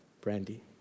Brandy